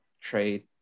trade